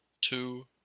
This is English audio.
two